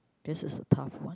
this is a tough one